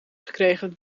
gekregen